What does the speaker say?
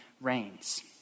reigns